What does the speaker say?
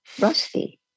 Rusty